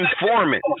informant